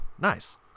nice